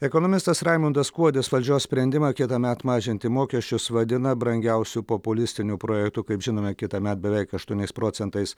ekonomistas raimundas kuodis valdžios sprendimą kitąmet mažinti mokesčius vadina brangiausiu populistiniu projektu kaip žinome kitąmet beveik aštuoniais procentais